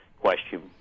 question